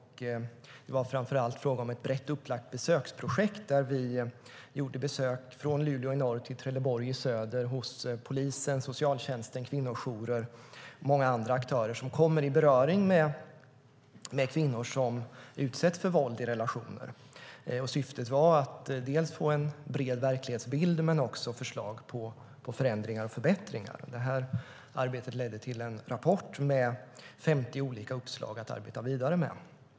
Det var framför allt fråga om ett brett upplagt besöksprojekt där vi gjorde besök från Luleå i norr till Trelleborg i söder hos polisen, socialtjänsten, kvinnojourer och många andra aktörer som kommer i beröring med kvinnor som utsätts för våld i relationer. Syftet var att få en bred verklighetsbild men också förslag på förändringar och förbättringar. Detta arbete ledde till en rapport med 50 olika uppslag att arbeta vidare med.